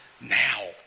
now